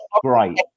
great